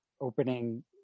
opening